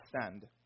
stand